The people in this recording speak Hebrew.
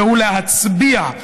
והוא להצביע.